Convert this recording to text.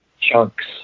chunks